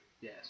Yes